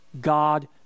God